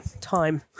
time